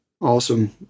Awesome